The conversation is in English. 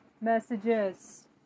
messages